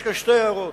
יש כאן שתי הערות.